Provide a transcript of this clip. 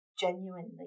genuinely